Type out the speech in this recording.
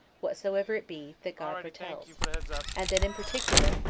whatsoever it be, that god foretells and that in particular,